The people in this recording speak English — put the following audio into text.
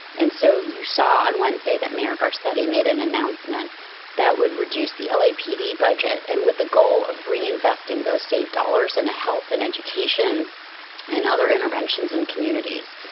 and so you saw on wednesday that marikar city made an announcement that would reduce the lapd budget and with the goal of reinvesting those saved dollars in a health and education and other interventions in communities.